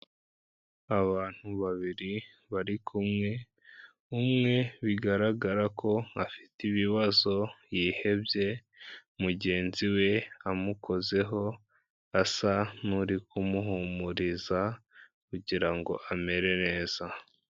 Abantu babiri bari kumwe, umwe bigaragara ko afite ibibazo yihebye, mugenzi we amukozeho asa n'uri kumuhumuriza kugira ngo amere neza.